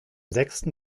sechsten